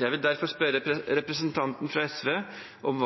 Jeg vil derfor spørre representanten fra SV om